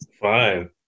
Fine